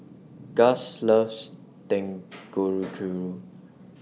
Gus loves Dangojiru